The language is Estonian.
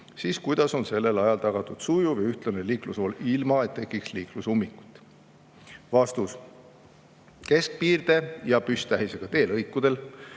siis kuidas on sellel ajal tagatud sujuv ja ühtlane liiklusvool, ilma et tekiks liiklusummikut? Keskpiirde ja püsttähisega teelõikudel